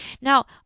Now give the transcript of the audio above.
Now